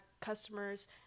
customers